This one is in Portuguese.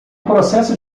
processo